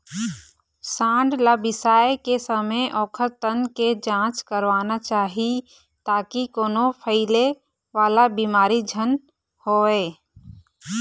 सांड ल बिसाए के समे ओखर तन के जांच करवाना चाही ताकि कोनो फइले वाला बिमारी झन होवय